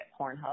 Pornhub